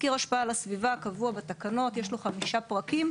תסקיר השפעה לסביבה קבוע בתקנות יש לו חמישה פרקים,